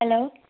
hello